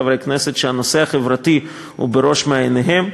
חברי כנסת שהנושא החברתי בראש מעייניהם.